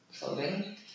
clothing